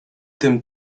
tym